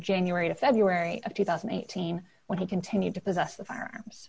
january to february of two thousand and eighteen when he continued to possess the firearms